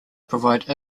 provide